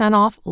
off